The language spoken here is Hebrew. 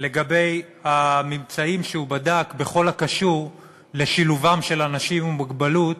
לגבי הממצאים בבדיקה שהוא בדק בכל הקשור לשילובם של אנשים עם מוגבלות